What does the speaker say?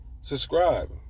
subscribe